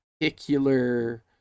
particular